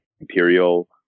imperial